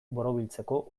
borobiltzeko